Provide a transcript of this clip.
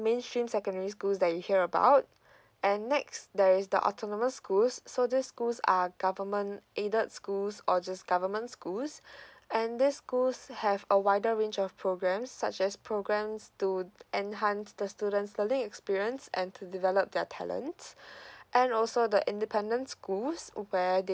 mainstream secondary schools that you hear about and next there is the autonomous schools so these schools are government aided schools or just government schools and these schools have a wider range of programmes such as programmes to enhance the student's learning experience and to develop their talents and also the independence schools where